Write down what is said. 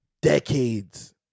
decades